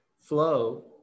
flow